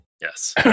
Yes